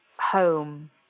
home